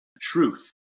Truth